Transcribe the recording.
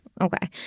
Okay